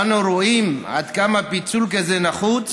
אנו רואים עד כמה פיצול כזה נחוץ